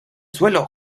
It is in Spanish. suelo